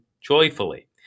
joyfully